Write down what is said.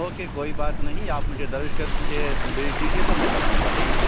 okay کوئی بات نہیں آپ مجھے دبش کر بھیج دیجیے تو میں کر لوں گا ٹھیک ہے